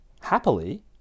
happily